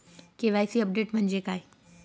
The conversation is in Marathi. के.वाय.सी अपडेट म्हणजे काय?